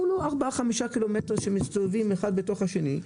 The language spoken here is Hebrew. בסך הכול 5-4 ק"מ שמסתובבים אחד בתוך השני,